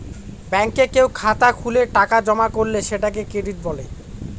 ব্যাঙ্কে কেউ খাতা খুলে টাকা জমা করলে সেটাকে ক্রেডিট বলে